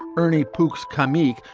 ernie pwcs comic,